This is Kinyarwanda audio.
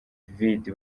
vidi